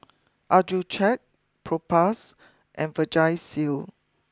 Accucheck Propass and Vagisil